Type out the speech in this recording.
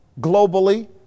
globally